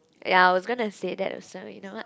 ya I was gonna say that or submit you know what